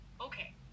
Okay